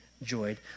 enjoyed